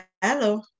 Hello